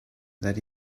that